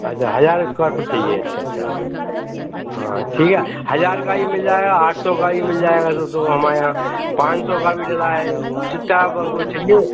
अच्छा हज़ार square foot चाहिए अच्छा अच्छा हाँ ठीक है हज़ार का भी मिल जाएगा आठ सौ का भी मिल जाएगा दो सौ का हमारे यहाँ पाँच सौ का मिल रहा है जितना आपको चाहिए